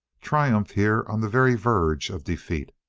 triumph here on the very verge of defeat!